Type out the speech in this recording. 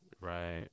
Right